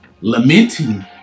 lamenting